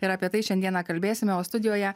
ir apie tai šiandieną kalbėsime o studijoje